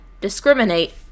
discriminate